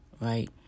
right